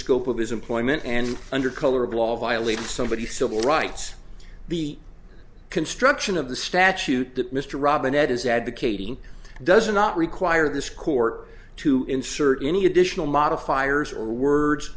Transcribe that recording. scope of his employment and under color of law violate somebody's civil rights the construction of the statute that mr robin ed is advocating does not require this court to insert any additional modifiers or words